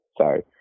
Sorry